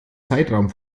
zeitraum